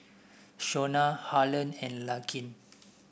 Shonna Harlon and Larkin